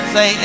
Say